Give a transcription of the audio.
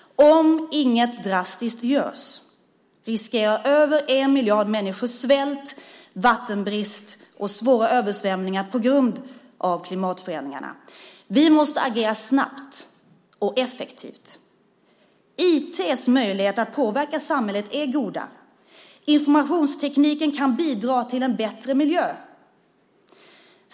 Om inget drastiskt görs riskerar över en miljard människor svält, vattenbrist och svåra översvämningar på grund av klimatförändringarna. Vi måste agera snabbt och effektivt. IT:s möjligheter att påverka samhället är goda. Informationstekniken kan bidra till en bättre miljö.